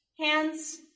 hands